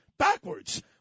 backwards